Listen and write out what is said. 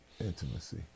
intimacy